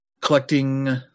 collecting